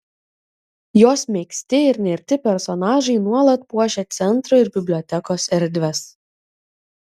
jos megzti ir nerti personažai nuolat puošia centro ir bibliotekos erdves